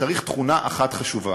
צריך תכונה אחת חשובה: